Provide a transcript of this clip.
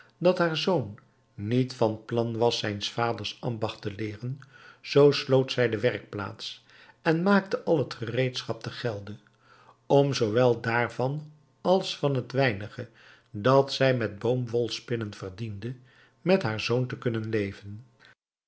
dat haar zoon niet van plan was zijns vaders ambacht te leeren zoo sloot zij de werkplaats en maakte al het gereedschap te gelde om zoowel daarvan als van het weinige dat zij met boomwolspinnen verdiende met haar zoon te kunnen leven